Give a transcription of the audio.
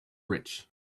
rich